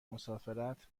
مسافرت